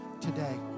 today